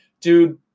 dude